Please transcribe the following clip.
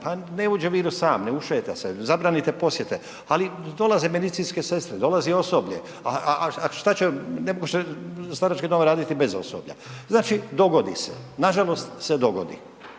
pa ne uđe virus sam ne ušeta se, zabranite posjete. Ali dolaze medicinske sestre, dolazi osoblje, a šta će ne može starački dom raditi bez osoblja. Znači dogodi se, nažalost se dogodi.